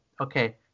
okay